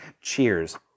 Cheers